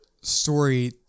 story